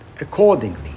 accordingly